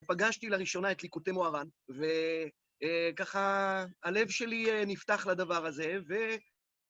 פגשתי לראשונה את ליקוטי מוהר"ן, וככה הלב שלי נפתח לדבר הזה, ו...